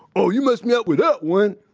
oh, you messed me up with that one.